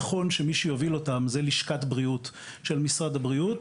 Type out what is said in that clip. נכון שמי שיוביל אותם זו לשכת הבריאות של משרד הבריאות,